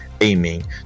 aiming